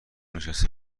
نشسته